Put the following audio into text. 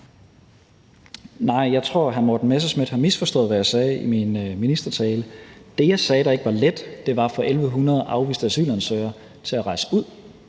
jeg tror, at hr. Morten Messerschmidt har misforstået, hvad jeg sagde i min ministertale. Det, jeg sagde ikke var let, var at få 1.100 afviste asylansøgere til at rejse ud.